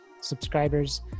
subscribers